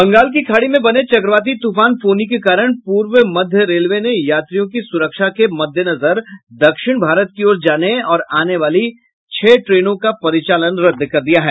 बंगाल की खाड़ी में बने चक्रवाती तूफान फौनी के कारण पूर्व मध्य रेलवे ने यात्रियों की सुरक्षा के मद्देनजर दक्षिण भारत की ओर जाने और आने वाली छह ट्रेनों का परिचालन रद्द कर दिया है